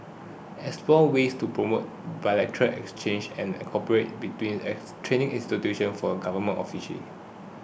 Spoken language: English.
explore ways to promote bilateral exchanges and cooperation between ex training institutions for government official